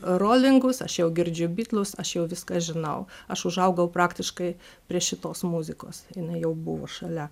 rolingus aš jau girdžiu bitlus aš jau viską žinau aš užaugau praktiškai prie šitos muzikos jinai jau buvo šalia